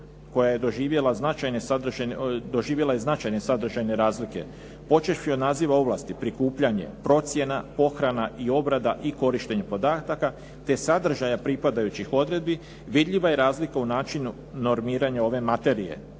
koja je doživjela značajne sadržajne razlike počevši od naziva ovlasti, prikupljanje, procjena, pohrana i obrada i korištenje podataka te sadržaja pripadajućih odredbi vidljiva je razlika u načinu normiranja ove materije.